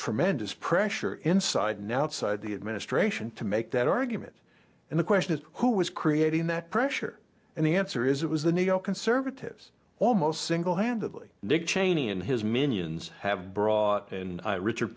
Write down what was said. tremendous pressure inside now out side the administration to make that argument and the question is who was creating that pressure and the answer is it was the neoconservatives almost singlehandedly and dick cheney and his minions have brought and i richard